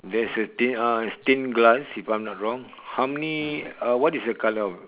there is a stain uh stained glass if I'm not wrong how many uh what is the colour of